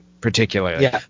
particularly